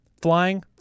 Flying